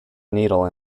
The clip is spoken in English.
needle